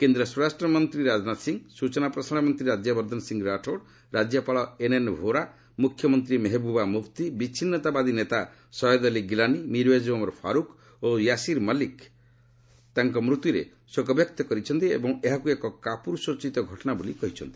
କେନ୍ଦ୍ର ସ୍ୱରାଷ୍ଟ୍ରମନ୍ତ୍ରୀ ରାଜନାଥ ସିଂ ସ୍କଚନା ପ୍ରସାରଣ ମନ୍ତ୍ରୀ ରାଜ୍ୟବର୍ଦ୍ଧନ ସିଂ ରାଠୋର ରାଜ୍ୟପାଳ ଏନ୍ଏନ୍ ଭୋରା ମୁଖ୍ୟମନ୍ତ୍ରୀ ମେହବୁବା ମୁଫ୍ତି ବିଚ୍ଛିନୁତାବାଦୀ ନେତା ସୟଦ ଅଲ୍ଲୀ ଗିଲାନି ମିର୍ୱେକ୍ ଓମର ଫାରୁକ୍ ଓ ୟାସିର୍ ମଲ୍ଲିକ ତାଙ୍କ ମୃତ୍ୟୁରେ ଶୋକ ବ୍ୟକ୍ତ କରିଛନ୍ତି ଏବଂ ଏହାକୁ ଏକ କାପୁରୁଷୋଚିତ୍ତ ଘଟଣା ବୋଲି କହିଚ୍ଛନ୍ତି